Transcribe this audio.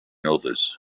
others